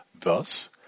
Thus